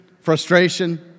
frustration